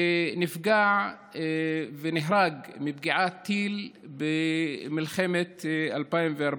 שנפגע ונהרג מפגיעת טיל במלחמת 2014,